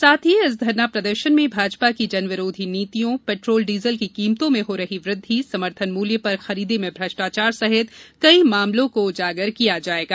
साथ ही इस धरना प्रदर्शन में भाजपा की जनविरोधी नीतियों पेट्रोल डीजल की कीमतों में हो रही मूल्य वृद्धि समर्थन मूल्य पर खरीदी में भ्रष्टाचार सहित कई मामले को उजागर करेगी